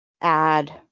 add